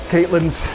Caitlin's